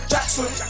Jackson